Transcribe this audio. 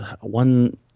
one